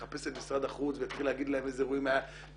אחפש את משרד החוץ ואתחיל להגיד להם איזה אירועים היה פחות